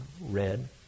red